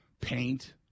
paint